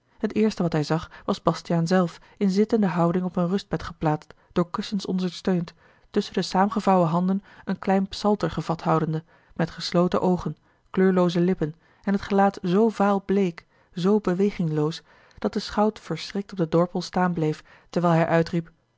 het eerste wat hij zag was bastiaan zelf in zittende houding op een rustbed geplaatst door kussens ondersteund tusschen de saamgevouwen handen een klein psalter gevat houdende met gesloten oogen kleurlooze lippen en t gelaat zoo vaalbleek zoo bewegingloos dat de schout verschrikt op den dorpel staan bleef terwijl hij uitriep